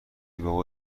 بابا